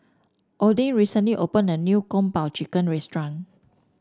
Odin recently opened a new Kung Po Chicken restaurant